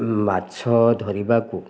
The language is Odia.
ମାଛ ଧରିବାକୁ